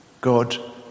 God